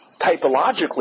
typologically